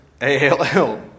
A-L-L